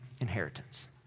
inheritance